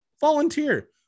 volunteer